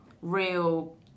real